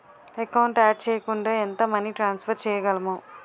Account add చేయకుండా ఎంత money transfer చేయగలము?